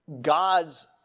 God's